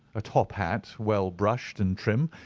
a top hat, well brushed and trim,